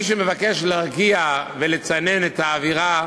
מי שמבקש להרגיע ולצנן את האווירה,